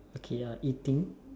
okay ya eating